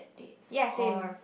ya same